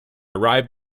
arrived